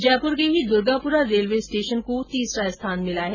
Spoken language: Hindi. जयपुर के ही दूर्गापुरा रेलवे स्टेशन को तीसरा स्थान मिला है